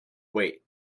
wait